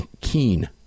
Keen